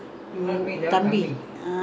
why never go you bodybuilder [what]